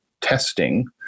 testing